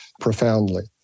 profoundly